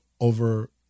over